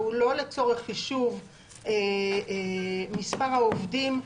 והוא לא לצורך חישוב מספר העובדים,